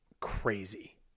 crazy